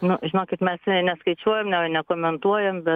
nu žinokit mes neskaičiuojam ne nekomentuojam bet